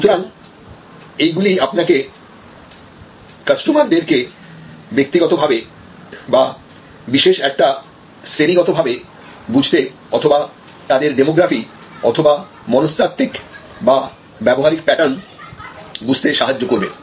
সুতরাং এইগুলি আপনাকে কাস্টমারদের কে ব্যক্তিগতভাবে বা বিশেষ একটা শ্রেণীগতভাবে বুঝতে অথবা তাদের ডেমোগ্রাফি অথবা মনস্তাত্ত্বিক বা ব্যবহারিক প্যাটার্ন বুঝতে সাহায্য করবে